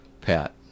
Pat